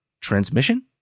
transmission